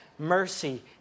mercy